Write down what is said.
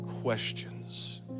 questions